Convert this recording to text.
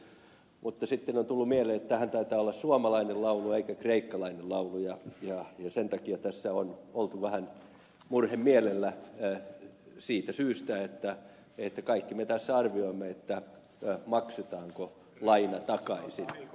mutta sitten on tullut mieleen että tämähän taitaa olla suomalainen laulu eikä kreikkalainen ja sen takia tässä on oltu vähän murhemielellä siitä syystä että kaikki me tässä arvioimme maksetaanko laina takaisin